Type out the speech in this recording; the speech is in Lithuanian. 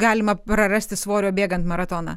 galima prarasti svorio bėgant maratoną